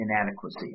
inadequacy